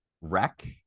Wreck